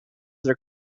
their